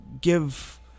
give